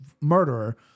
murderer